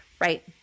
right